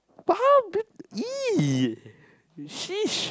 !huh! beauty !ee! sheesh